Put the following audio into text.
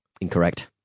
Incorrect